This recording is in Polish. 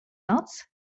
noc